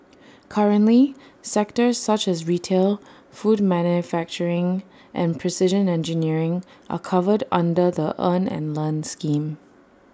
currently sectors such as retail food manufacturing and precision engineering are covered under the earn and learn scheme